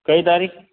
કઈ તારીખ